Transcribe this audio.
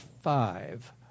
five